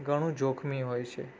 ઘણું જોખમી હોય છે